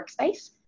workspace